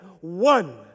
one